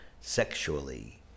sexually